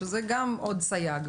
שזה גם עוד סייג,